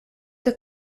que